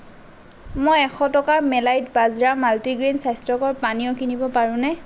মই এশ টকাৰ মেলাইট বাজৰা মাল্টিগ্ৰেইন স্বাস্থ্যকৰ পানীয় কিনিব পাৰোঁনে